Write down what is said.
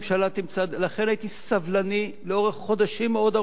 לכן הייתי סבלני לאורך חודשים מאוד ארוכים.